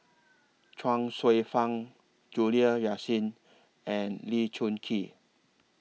Chuang Hsueh Fang Juliana Yasin and Lee Choon Kee